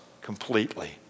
completely